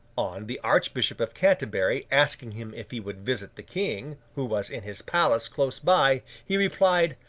on the archbishop of canterbury, asking him if he would visit the king, who was in his palace close by, he replied,